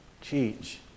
teach